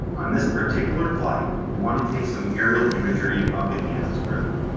on this particular flight, you want take some aerial imagery of the kansas river.